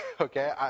okay